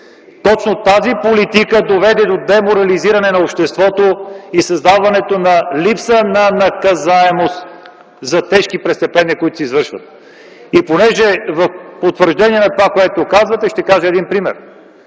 Точно тази политика доведе до деморализиране на обществото и създаване на липса на наказуемост за тежки престъпления, които се извършват! В потвърждение ще кажа един пример.